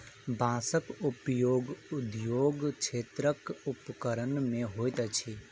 बांसक उपयोग उद्योग क्षेत्रक उपकरण मे होइत अछि